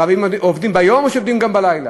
רבנים עובדים ביום או שהם עובדים גם בלילה?